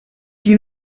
qui